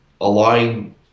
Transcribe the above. align